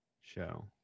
show